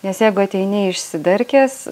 nes jeigu ateini išsidarkęs